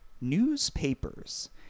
newspapers